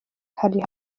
kari